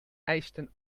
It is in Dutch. eisten